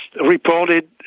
reported